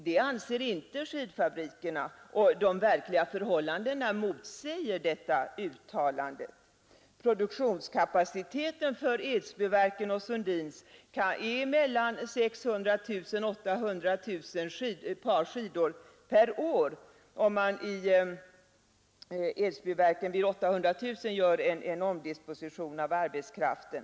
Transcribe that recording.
Det anser inte skidfabrikerna, och de verkliga förhållandena motsäger industriministerns uttalande. Produktionskapaciteten för Edsbyverken och Sundins fabriker är mellan 600 000 och 800 000 par skidor per år, om man i Edsbyverken vid den högre kapaciteten gör en omdisposition av arbetskraften.